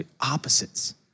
opposites